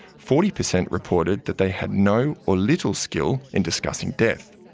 forty per cent reported that they had no or little skill in discussing death,